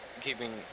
keeping